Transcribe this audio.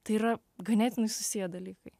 tai yra ganėtinai susiję dalykai